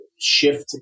shift